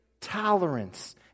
tolerance